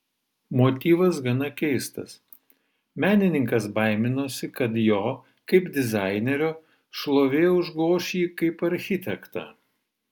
motyvas gana keistas menininkas baiminosi kad jo kaip dizainerio šlovė užgoš jį kaip architektą